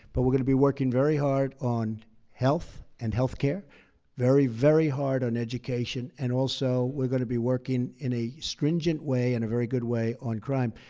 but we're going to be working very hard on health and health care very, very hard on education. and also, we're going to working in a stringent way, and a very good way, on crime.